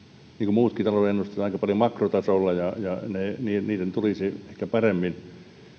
muutkin talouden ennusteet aika paljon makrotasolla ja niiden tulisi ehkä paremmin